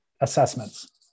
assessments